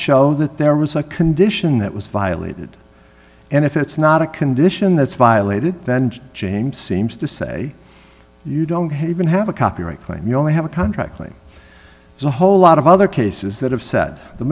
show that there was a condition that was violated and if it's not a condition that's violated bend change seems to say you don't even have a copyright claim you don't have a contract like there's a whole lot of other cases that have said the